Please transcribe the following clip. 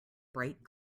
bright